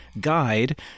guide